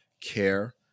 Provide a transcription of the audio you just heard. care